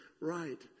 right